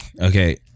Okay